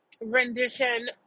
rendition